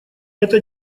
эта